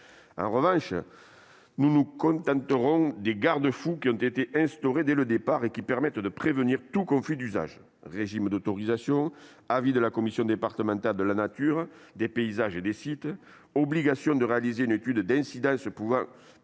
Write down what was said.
travaux. Nous nous contenterons donc des garde-fous qui ont été instaurés dès le départ et qui permettent de prévenir tout conflit d'usage : régime d'autorisation ; avis de la commission départementale de la nature, des paysages et des sites ; obligation de réaliser une étude d'incidence prouvant que